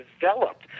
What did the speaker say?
developed